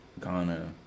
Ghana